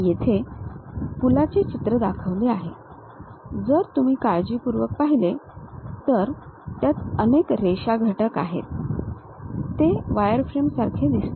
येथे पुलाचे चित्र दाखवले आहे जर तुम्ही काळजीपूर्वक पाहिले तर त्यात अनेक रेषा घटक आहेत ते वायरफ्रेमसारखे दिसते